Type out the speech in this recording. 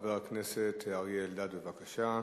חבר הכנסת אריה אלדד, בבקשה.